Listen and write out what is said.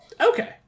Okay